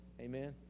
Amen